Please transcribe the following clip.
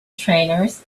trainers